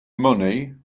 money